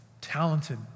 talented